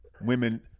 women